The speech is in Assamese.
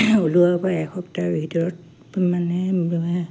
ওলোৱাৰ পৰা এসপ্তাহৰ ভিতৰত মানে